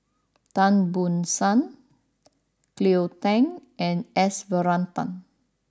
Tan Ban Soon Cleo Thang and S Varathan